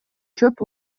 чөп